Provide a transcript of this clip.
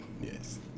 yes